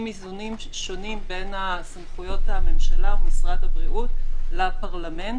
עם איזונים שונים בין סמכויות הממשלה ומשרד הבריאות לפרלמנט,